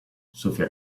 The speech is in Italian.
sofia